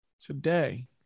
Today